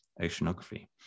oceanography